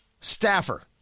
staffer